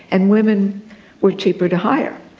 and women were cheaper to hire.